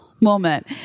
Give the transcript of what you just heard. moment